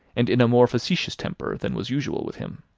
and in a more facetious temper than was usual with him.